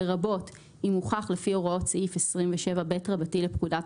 לרבות אם הוכח לפי הוראות סעיף 27ב לפקודת